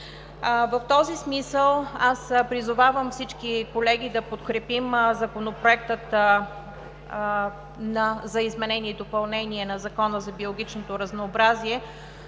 В този смисъл аз призовавам всички колеги да подкрепим Законопроекта за изменение и допълнение на Закона за биологичното разнообразие,